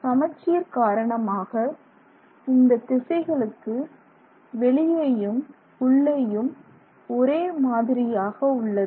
சமச்சீர் காரணமாக இந்த திசைகளுக்கு வெளியேயும் உள்ளேயும் ஒரே மாதிரியாக உள்ளது